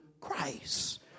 Christ